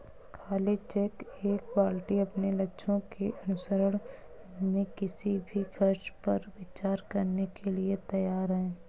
खाली चेक एक पार्टी अपने लक्ष्यों के अनुसरण में किसी भी खर्च पर विचार करने के लिए तैयार है